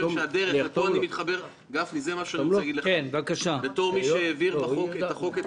אני רוצה להגיד לך בתור מי שהעביר בחוק את